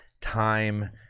time